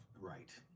Right